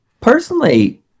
personally